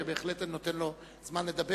ואני בהחלט נותן לו זמן לדבר.